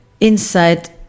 inside